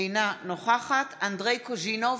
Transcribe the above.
אינה נוכחת אנדרי קוז'ינוב,